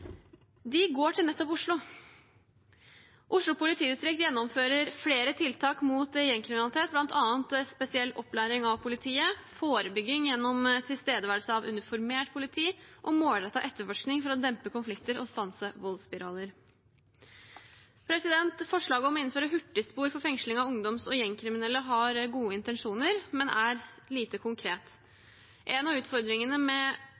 går til nettopp Oslo. Oslo politidistrikt gjennomfører flere tiltak mot gjengkriminalitet, bl.a. en spesiell opplæring av politiet, forebygging gjennom tilstedeværelse av uniformert politi og målrettet etterforskning for å dempe konflikter og stanse voldsspiraler. Forslaget om å innføre hurtigspor for fengsling av ungdoms- og gjengkriminelle har gode intensjoner, men er lite konkret. En av utfordringene med